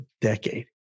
decade